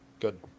good